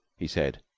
he said.